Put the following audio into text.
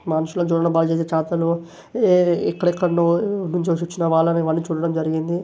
మనుషులు చూడడం వాళ్ళు చేసే చేష్టలు ఏ ఎక్కడ ఎక్కడనుంచో వచ్చిన వాళ్ళని వాళ్ళు చూడడం జరిగింది